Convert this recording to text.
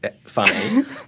funny